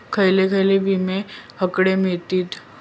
खयले खयले विमे हकडे मिळतीत?